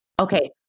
Okay